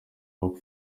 rock